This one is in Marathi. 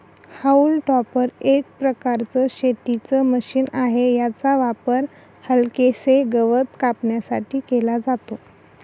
हाऊल टॉपर एक प्रकारचं शेतीच मशीन आहे, याचा वापर हलकेसे गवत कापण्यासाठी केला जातो